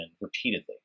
repeatedly